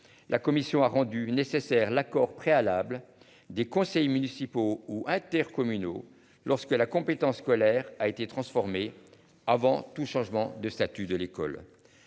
La commission a rendu nécessaire l'accord préalable des conseils municipaux ou intercommunaux lorsque la compétence scolaire a été transformé avant tout changement de statut de l'école.